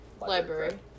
Library